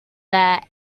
that